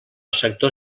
sector